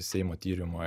seimo tyrimo